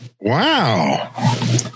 wow